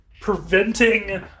preventing